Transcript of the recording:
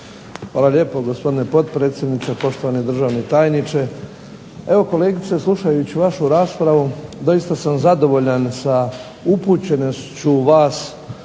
Hvala lijepo gospodine potpredsjedniče, poštovani državni tajniče. Evo kolegice slušajući vašu raspravu doista sam zadovoljan upućenošću vas